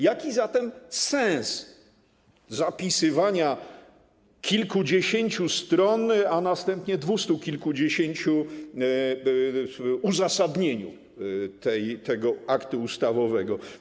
Jaki zatem jest sens zapisywania kilkudziesięciu stron, a następnie - dwustu kilkudziesięciu w uzasadnieniu tego aktu ustawowego?